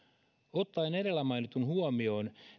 ottaen edellä mainitun huomioon